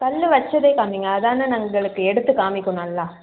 கல் வச்சதே காமிங்கள் அதுதான எங்களுக்கு எடுத்து காமிக்கும் நல்லா